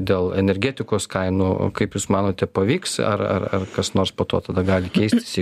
dėl energetikos kainų kaip jūs manote pavyks ar ar ar kas nors po to tada gali keistis jei